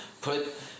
Put